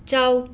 ꯆꯥꯎ